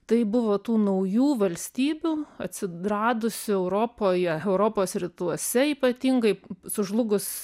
tai buvo tų naujų valstybių atsiradusių europoje europos rytuose ypatingai sužlugus